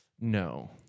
no